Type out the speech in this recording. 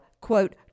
quote